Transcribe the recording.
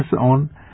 on